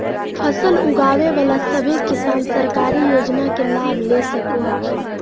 फसल उगाबे बला सभै किसान सरकारी योजना के लाभ ले सको हखिन